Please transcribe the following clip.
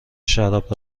شراب